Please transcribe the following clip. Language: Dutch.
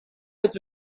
dat